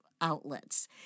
outlets